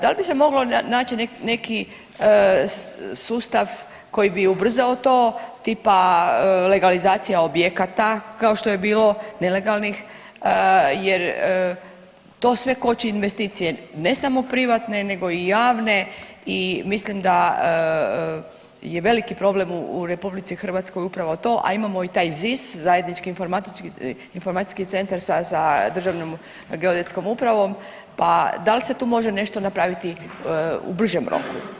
Da li bi se moglo naći neki sustav koji bi ubrzao to, tipa legalizacija objekata kao što je bilo nelegalnih, jer to sve koči investicije, ne samo privatne nego i javne i mislim da je veliki problem u RH upravo to, a imamo i taj ZIS, Zajednički informacijski centar sa Državnom geodetskom upravom pa da li se tu može nešto napraviti u bržem roku, da tako kažem.